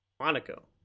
Monaco